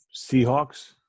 Seahawks